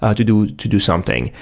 ah to do to do something.